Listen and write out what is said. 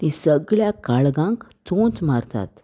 ती सगळ्या काळगांक चोंच मारतात